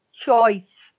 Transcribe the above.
choice